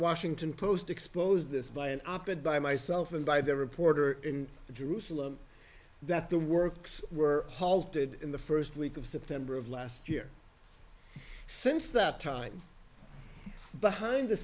washington post exposed this by an op ed by myself and by the reporter in jerusalem that the works were halted in the first week of september of last year since that time but hind the